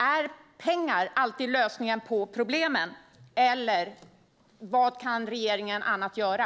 Är pengar alltid lösningen på problemen, eller vad annat kan regeringen göra?